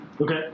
Okay